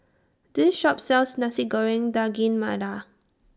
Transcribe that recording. This Shop sells Nasi Goreng Daging Merah